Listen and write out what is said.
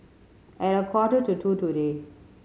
at a quarter to two today